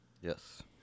Yes